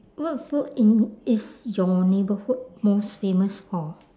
what food in is your neighbourhood most famous for